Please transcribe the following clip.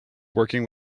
working